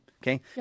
Okay